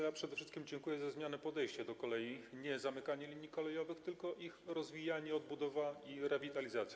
Ja przede wszystkim dziękuję za zmianę podejścia do kolei - nie zamykanie linii kolejowych, tylko ich rozwijanie, odbudowa i rewitalizacja.